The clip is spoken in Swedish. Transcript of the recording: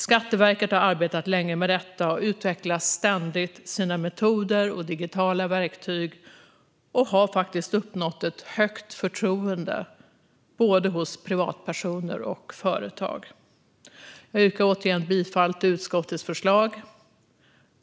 Skatteverket har arbetat länge med detta, utvecklar ständigt sina metoder och digitala verktyg och har uppnått ett högt förtroende både hos privatpersoner och hos företag. Jag yrkar återigen bifall till utskottets förslag.